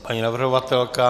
Paní navrhovatelka?